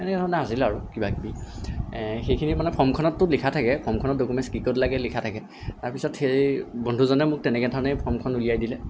এনে ধৰণৰ আছিলে আৰু কিবাকিবি সেইখিনিত মানে ফৰ্মখনতটো লিখা থাকে ফৰ্মখনত ডকুমেণ্টচ কি ক'ত লাগে লিখা থাকে তাৰপিছত সেই বন্ধুজনে মোক তেনেকে ধৰণেই ফৰ্মখন উলিয়াই দিলে